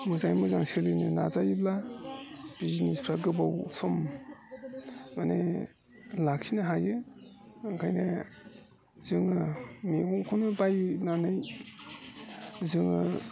मोजाङै मोजां सोलिनो नाजायोब्ला बिजनेसफोरा गोबाव सम माने लाखिनो हायो ओंखायनो जोङो मैगंखोनो बायनानै जोङो